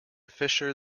fisher